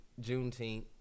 Juneteenth